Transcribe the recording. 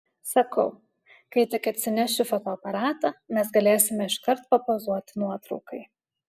sakau kai tik atsinešiu fotoaparatą mes galėsime iškart papozuoti nuotraukai